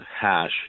Hash